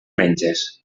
menges